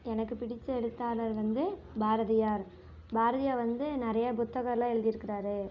எனக்கு பிடித்த எழுத்தாளர் வந்து பாரதியார் பாரதியார் வந்து நிறையா புத்தகங்கள்லாம் எழுதியிருக்காரு